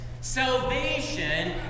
salvation